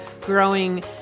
growing